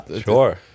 Sure